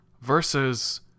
Versus